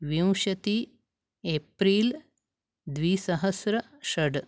विंशति एप्रिल् द्विसहस्रषड्